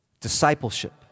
discipleship